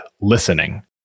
listening